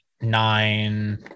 nine